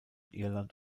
irland